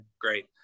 Great